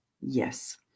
yes